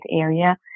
area